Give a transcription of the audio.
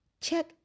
Check